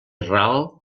ral